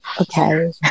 okay